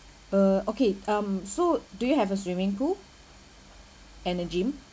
uh okay um so do you have a swimming pool and a gym